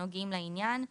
הנוגעים לעניין.